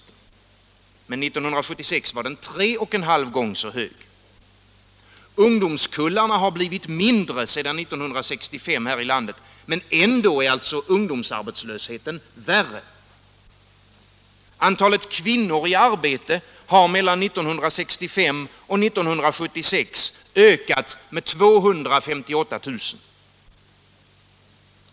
Men 1976 var den tre och en halv gång så hög. Ungdomskullarna har blivit mindre sedan 1965, men ändå är ungdomsarbetslösheten värre. Antalet kvinnor i arbete har mellan 1965 och 1976 ökat med 258 000.